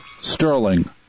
Sterling